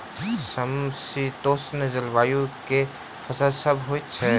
समशीतोष्ण जलवायु मे केँ फसल सब होइत अछि?